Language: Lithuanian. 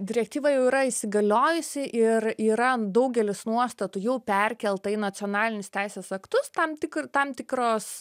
direktyva jau yra įsigaliojusi ir yra daugelis nuostatų jau perkelta į nacionalinius teisės aktus tam tik tam tikros